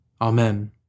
Amen